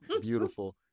Beautiful